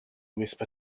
whisper